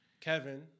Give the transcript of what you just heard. Kevin